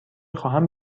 خواهم